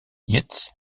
iets